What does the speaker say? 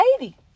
lady